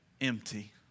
empty